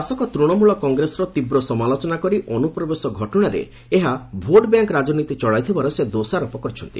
ଶାସକ ଡ଼ିଶମ୍ଭଳ କଂଗ୍ରେସର ତୀବ୍ର ସମାଲୋଚନା କରି ଅନ୍ତ୍ରପ୍ରବେଶ ଘଟଣାରେ ଏହା ଭୋଟ ବ୍ୟାଙ୍କ ରାଜନୀତି ଚଳାଇଥିବାର ସେ ଦୋଷାରୋପ କରିଛନ୍ତି